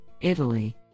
Italy